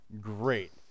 great